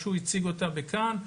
שהוא הציג אותה בכאן,